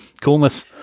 coolness